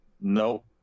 no